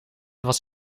was